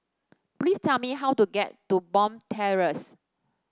please tell me how to get to Bond Terrace